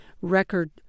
record